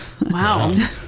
Wow